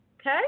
Okay